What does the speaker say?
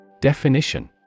Definition